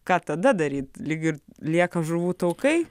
ką tada daryti lyg ir lieka žuvų taukai